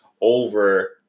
over